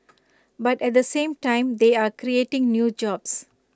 but at the same time they are creating new jobs